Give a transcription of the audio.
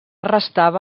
restava